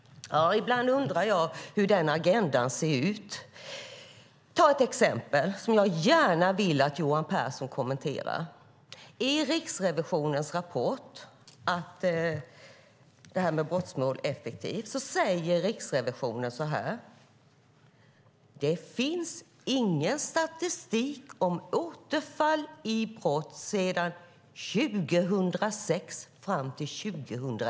Ibland undrar jag hur denna agenda ser ut. Jag ska ta ett exempel som jag gärna vill att Johan Pehrson kommenterar. I Riksrevisionens rapport om att hantera brottmål effektivt står det att det inte finns någon statistik om återfall i brott från 2006 fram till 2011.